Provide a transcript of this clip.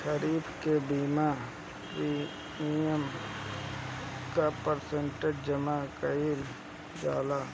खरीफ के बीमा प्रमिएम क प्रतिशत जमा कयील जाला?